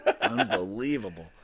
unbelievable